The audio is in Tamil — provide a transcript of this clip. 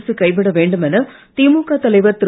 அரசு கைவிட வேண்டுமென திமுக தலைவர் திரு